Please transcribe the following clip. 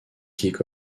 kick